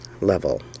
level